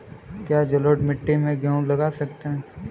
क्या जलोढ़ मिट्टी में गेहूँ लगा सकते हैं?